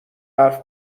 حرف